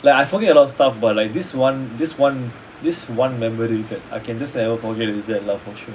like I forget a lot of stuff but like this [one] this [one] this [one] memory that I can just never forget is that lah for sure